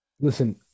Listen